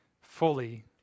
fully